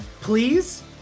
please